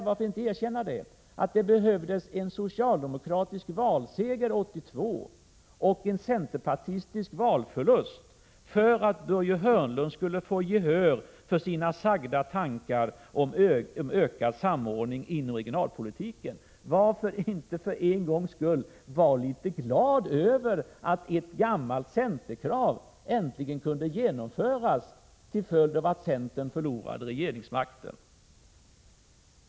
Varför inte erkänna att det behövdes en socialdemokratisk valseger 1982 och en centerpartistisk valförlust för att Börje Hörnlund skulle få gehör för sina uttalade tankar om en ökad samordning inom regionalpolitiken? Varför kan inte Börje Hörnlund för en gångs skull vara litet glad över att ett gammalt centerkrav äntligen kunde genomföras till följd av att centern förlorade regeringsmakten?